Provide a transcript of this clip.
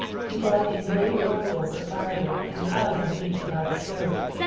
he brought in great armfuls of firewood and piled them neatly by the stove.